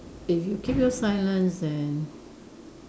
if you keep your silence then